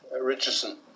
Richardson